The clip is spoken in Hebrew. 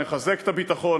נחזק את הביטחון,